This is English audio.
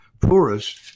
poorest